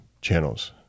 channels